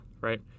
right